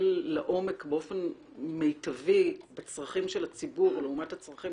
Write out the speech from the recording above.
לעומק באופן מיטבי בצרכים של הציבור לעומת הצרכים